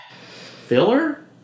filler